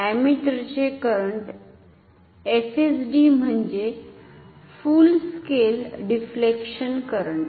अमीटरचे current FSD म्हणजे full scale deflection current